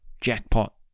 jackpot